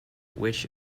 which